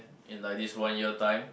in like this one year time